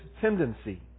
tendency